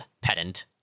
pedant